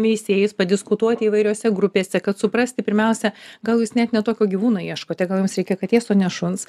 veisėjais padiskutuoti įvairiose grupėse kad suprasti pirmiausia gal jūs net ne tokio gyvūno ieškote gal jums reikia katės o ne šuns